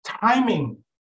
timing